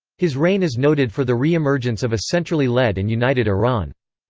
his reign is noted for the reemergence of a centrally led and united iran.